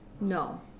No